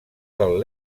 del